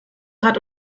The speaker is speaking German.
rat